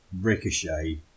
Ricochet